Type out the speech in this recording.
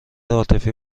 عاطفی